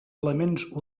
elements